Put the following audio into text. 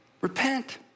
Repent